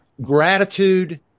Gratitude